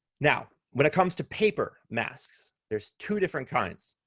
now, when it comes to paper masks, there's two different kinds.